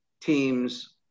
teams